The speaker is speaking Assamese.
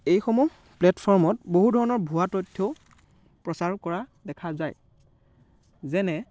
এইসমূহ প্লেটফৰ্মত বহু ধৰণৰ ভুৱা তথ্যও প্ৰচাৰ কৰা দেখা যায় যেনে